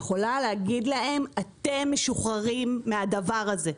היא יכולה להגיד להם: אתם משוחררים מהדבר הזה.